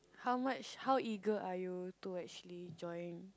how much how eager are you to actually join